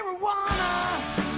Marijuana